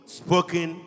spoken